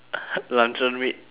luncheon meat